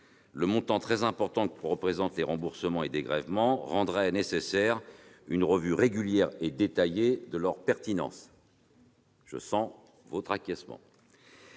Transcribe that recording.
Le montant très important que représentent les remboursements et dégrèvements rendrait nécessaire une revue régulière et détaillée de leur pertinence. Absolument